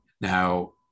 Now